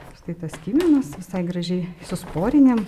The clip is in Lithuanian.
štai tas kiminas visai gražiai su sporinėm